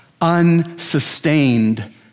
unsustained